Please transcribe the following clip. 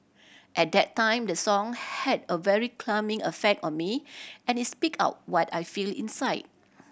at that time the song had a very effect on me and it speak out what I feel inside